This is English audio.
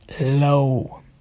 low